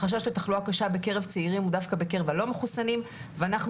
החשש לתחלואה קשה בקרב צעירים הוא דווקא בקרב הלא-מחוסנים ואנחנו